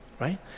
Right